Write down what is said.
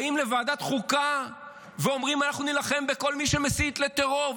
באים לוועדת חוקה ואומרים: אנחנו נילחם בכל מי שמסית לטרור,